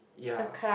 ya